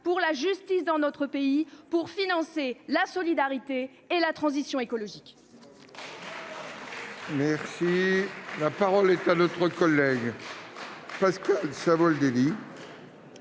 pour la justice dans notre pays, pour financer la solidarité et la transition écologique ! La parole est à M. Pascal Savoldelli,